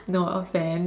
no offense